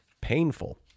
painful